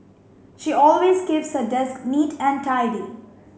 she always keeps her desk neat and tidy